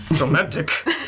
Romantic